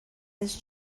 his